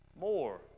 More